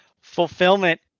Fulfillment